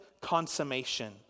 consummation